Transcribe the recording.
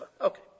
okay